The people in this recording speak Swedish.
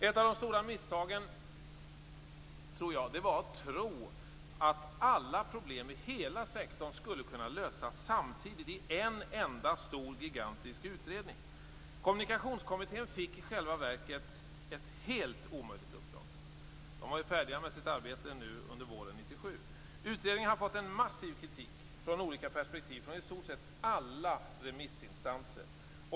Ett av de stora misstagen var att tro att alla problem i hela sektorn skulle kunna lösas samtidigt i en enda gigantisk utredning. Kommunikationskommittén fick i själva verket ett helt omöjligt uppdrag. De var färdiga med sitt arbete under våren 1997. Utredningen har fått massiv kritik ur olika perspektiv från i stort sett alla remissinstanser.